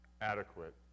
Adequate